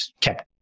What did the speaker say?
kept